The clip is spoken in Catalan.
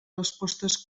respostes